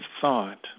thought